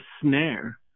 snare